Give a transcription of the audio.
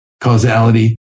causality